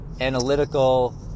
analytical